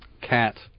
cat